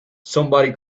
somebody